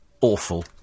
awful